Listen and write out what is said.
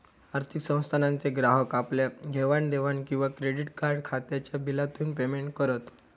आर्थिक संस्थानांचे ग्राहक आपल्या घेवाण देवाण किंवा क्रेडीट कार्ड खात्याच्या बिलातून पेमेंट करत